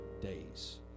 days